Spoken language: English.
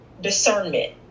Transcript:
discernment